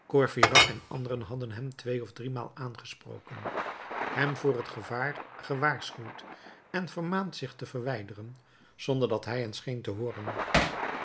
en anderen hadden hem twee of driemaal aangesproken hem voor het gevaar gewaarschuwd en vermaand zich te verwijderen zonder dat hij hen scheen te hooren